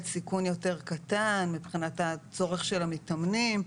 סיכון יותר קטן מבחינת הצורך של המתאמנים.